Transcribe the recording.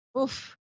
Oof